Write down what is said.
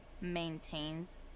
maintains